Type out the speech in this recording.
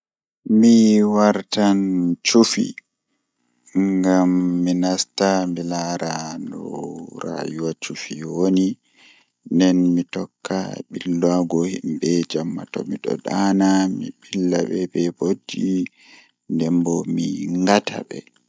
So mi waawi waawugol ko ɗi insect moƴƴi, miɗo ɗonnoo ko naange. Ko naange waawataa no njiggita sabu o ɗum ɓuri heɓugol waɗde e ndiyam e moƴƴere, so a jaɓɓitiri heɓugol njogorde ko o waawi waɗde ɗum njoɓdi haɓugol. O waawataa waɗde heɓe nder feere kadi fota eɓɓe njogirɗi kam mi foti woni.